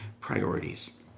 priorities